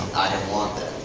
didn't want